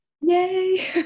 Yay